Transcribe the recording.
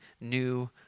new